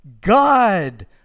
God